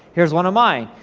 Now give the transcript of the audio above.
here's one of mine,